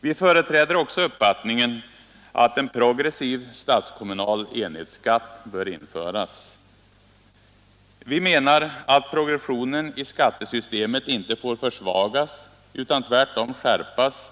Vi företräder också uppfattningen att en progressiv statskommunal enhetsskatt bör införas. Vi menar att progressionen i skattesystemet inte får försvagas utan tvärtom bör skärpas